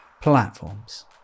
platforms